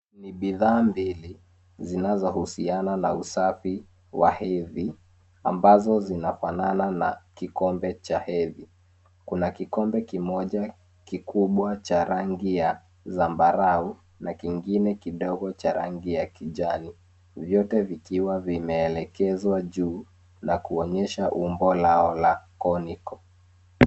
Ni bidhaa mbili, zinazohusiana na usafi wa hedhi, ambazo zinafanana na kikombe cha hedhi. Kuna kikombe kimoja kikubwa cha rangi ya zambarau, na kingine kidogo cha rangi ya kijani, vyote vikiwa vimeelekezwa juu, na kuonyesha umbo lao la conical .